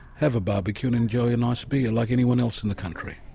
have a barbecue and enjoy a nice beer, like anyone else in the country.